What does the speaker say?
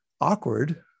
awkward